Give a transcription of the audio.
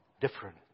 different